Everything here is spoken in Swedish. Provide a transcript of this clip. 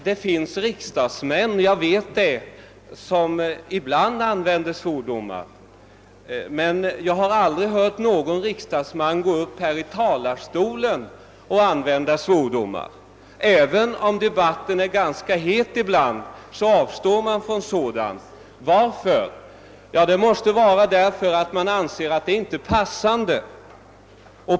Det finns riksdagsmän — jag vet det — som ibland använder svordomar, men jag har aldrig hört någon riksdagsman göra det här i talarstolen. Även om debatten är ganska het avstår man från sådant. Varför? Jo, det måste vara därför att man anser att det inte är passande.